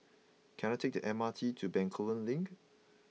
can I take the M R T to Bencoolen Link